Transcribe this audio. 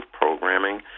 programming